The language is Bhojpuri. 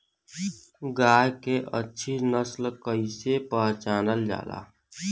गाय के अच्छी नस्ल कइसे पहचानल जाला?